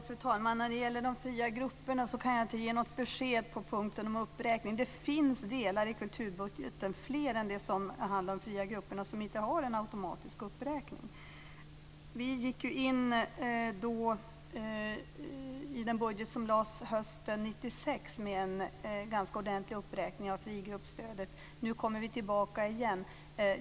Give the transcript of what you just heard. Fru talman! När det gäller de fria grupperna kan jag inte ge något besked om uppräkning. Det finns i kulturbudgeten fler än de fria grupperna som inte har någon automatisk uppräkning. Vi gick in i den budget som lades fram hösten 1996 med en ganska ordentlig uppräkning av stödet till de fria grupperna. Nu kommer vi tillbaka.